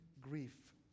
grief